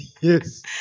Yes